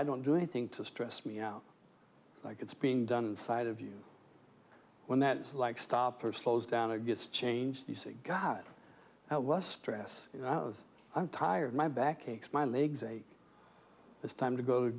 i don't do anything to stress me out like it's being done side of you when that is like stop her slows down it gets changed you see god less stress you know i'm tired my back aches my legs ache it's time to go to